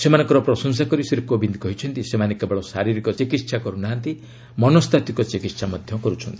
ସେମାନଙ୍କର ପ୍ରଶଂସା କରି ଶ୍ରୀ କୋବିନ୍ଦ କହିଛନ୍ତି ସେମାନେ କେବଳ ଶାରିରୀକ ଚିକିତ୍ସା କରୁନାହାନ୍ତି ମନସ୍ତାତ୍ୱିକ ଚିକିତ୍ସା ମଧ୍ୟ କର୍ରଚ୍ଚନ୍ତି